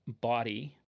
body